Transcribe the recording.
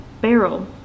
barrel